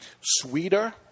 Sweeter